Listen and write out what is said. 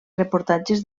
reportatges